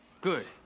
Good